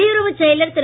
வெளியுறவுச் செயலர் திரு